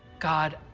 god,